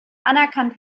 anerkannt